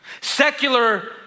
Secular